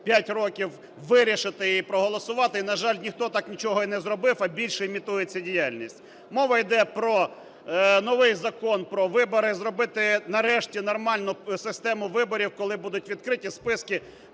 5 років вирішити і проголосувати і, на жаль, ніхто так нічого і не зробив, а більше імітується діяльність. Мова іде про новий Закон про вибори, зробити нарешті нормальну систему виборів, коли будуть відкриті списки,